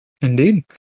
Indeed